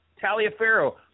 Taliaferro